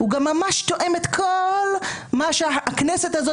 הוא גם ממש תואם את כל מה שהכנסת הזאת